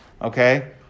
Okay